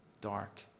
dark